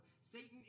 Satan